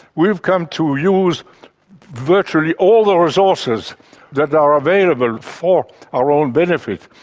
we've come to use virtually all the resources that are available for our own benefit.